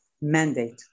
mandate